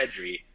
Pedri